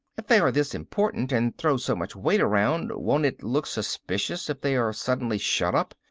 if they are this important and throw so much weight around won't it look suspicious if they are suddenly shut up.